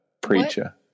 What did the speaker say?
preacher